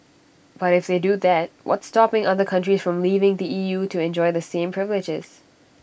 but if they do that what's stopping other countries from leaving the E U to enjoy the same privileges